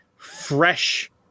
fresh